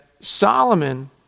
Solomon